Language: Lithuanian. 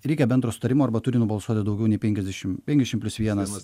reikia bendro sutarimo arba turi nubalsuoti daugiau nei penkiasdešim penkiasdešim plius vienas